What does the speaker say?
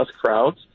crowds